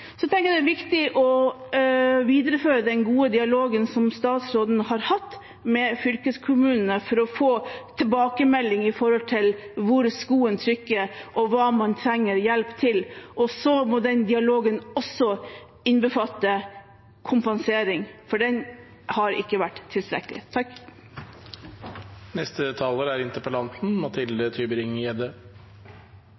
Så tenker jeg at det er viktig å videreføre den gode dialogen som statsråden har hatt med fylkeskommunene, for å få tilbakemelding om hvor skoen trykker, og hva man trenger hjelp til. Så må den dialogen også innbefatte kompensering, for den har ikke vært tilstrekkelig. Jeg synes dette har vært en veldig god og nyansert diskusjon, og det er